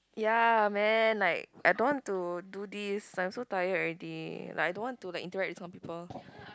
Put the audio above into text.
ya man like I don't want to do this like I'm so tired already like I don't want to like interact with some people